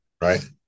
Right